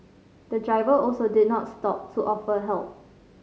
the driver also did not stop to offer help